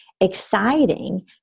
exciting